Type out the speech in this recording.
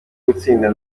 gutsinda